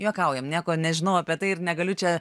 juokaujam nieko nežinau apie tai ir negaliu čia